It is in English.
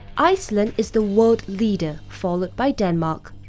iceland is the world leader, followed by denmark.